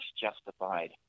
justified